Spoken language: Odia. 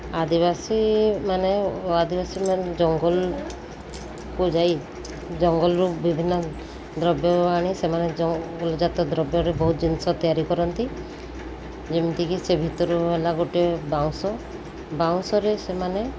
ଆଦିବାସୀମାନେ ଆଦିବାସୀମାନେ ଜଙ୍ଗଲକୁ ଯାଇ ଜଙ୍ଗଲରୁ ବିଭିନ୍ନ ଦ୍ରବ୍ୟ ଆଣି ସେମାନେ ଜଙ୍ଗଜାତ ଦ୍ରବ୍ୟରେ ବହୁତ ଜିନିଷ ତିଆରି କରନ୍ତି ଯେମିତିକି ସେ ଭିତରୁ ହେଲା ଗୋଟେ ବାଉଁଶ ବାଉଁଶରେ ସେମାନେ